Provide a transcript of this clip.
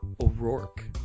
O'Rourke